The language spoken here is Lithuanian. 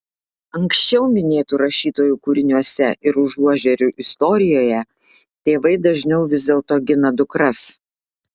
anksčiau minėtų rašytojų kūriniuose ir užuožerių istorijoje tėvai dažniau vis dėlto gina dukras